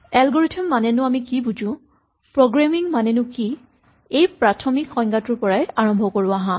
algorithm মানেনো আমি কি বুজো প্ৰগ্ৰেমিং মানেনো কি এই প্ৰাথমিক সংজ্ঞাটোৰ পৰাই আৰম্ভ কৰো আহাঁ